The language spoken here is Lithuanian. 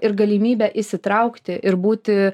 ir galimybę įsitraukti ir būti